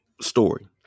story